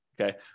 Okay